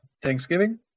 Thanksgiving